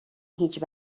هیچ